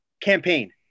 campaign